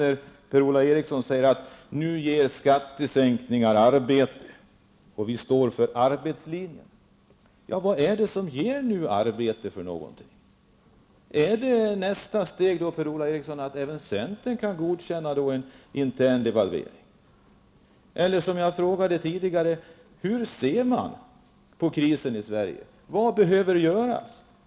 Per-Ola Eriksson sade att skattesänkningarna ger arbete och att regeringen står för arbetslinjen. Vad är det som ger arbete? Innebär nästa steg att även centern kan godkänna en intern devalvering? Eller hur ser man på krisen i Sverige, som jag frågade tidigare. Vad behöver göras?